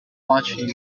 watched